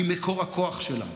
היא מקור הכוח שלנו.